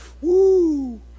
Woo